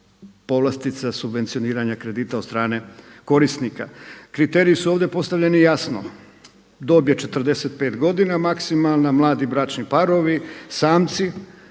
povlastica subvencioniranja kredita od strane korisnika. Kriteriji su ovdje postavljeni jasno. Dob je 45 godina maksimalna. Mladi bračni parovi, samci.